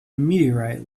meteorite